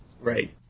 Right